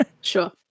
Sure